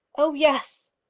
oh, yes.